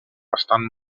bastant